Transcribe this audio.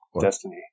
Destiny